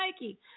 Nike